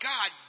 God